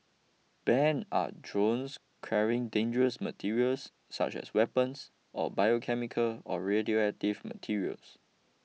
banned are drones carrying dangerous materials such as weapons or biochemical or radioactive materials